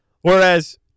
Whereas